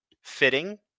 fitting